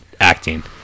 acting